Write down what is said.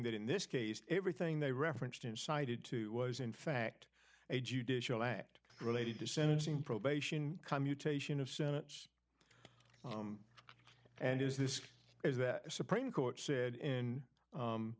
that in this case everything they referenced in cited to was in fact a judicial act related to sentencing probation commutation of sentence and is this is that supreme court said in